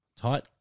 Tight